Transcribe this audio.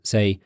Say